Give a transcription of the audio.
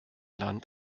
land